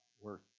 worth